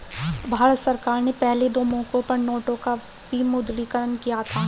भारत सरकार ने पहले दो मौकों पर नोटों का विमुद्रीकरण किया था